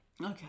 Okay